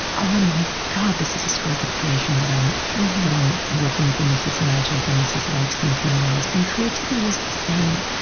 oh my god, this is a spark of creation that i'm that i'm working with, and this is magic, and this is life seen through new eyes. and creativity is the same,